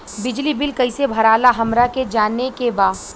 बिजली बिल कईसे भराला हमरा के जाने के बा?